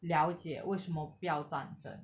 了解为什么不要战阵